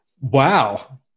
Wow